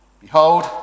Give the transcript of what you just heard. Behold